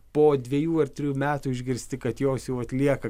po dvejų ar trejų metų išgirsti kad jos jau atlieka